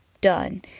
Done